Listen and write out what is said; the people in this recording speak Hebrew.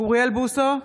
אוריאל בוסו,